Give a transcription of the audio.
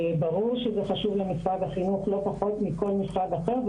ברור שזה חשוב למשרד החינוך לא פחות מכל משרד אחר.